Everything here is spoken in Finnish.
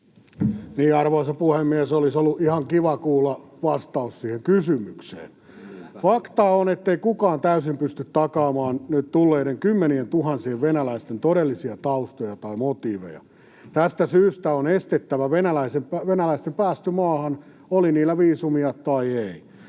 Arvoisa puhemies! Olisi ollut ihan kiva kuulla vastaus siihen kysymykseen. Fakta on, ettei kukaan täysin pysty takaamaan nyt tulleiden kymmenientuhansien venäläisten todellisia taustoja tai motiiveja. Tästä syystä on estettävä venäläisten pääsy maahan, oli heillä viisumia tai ei.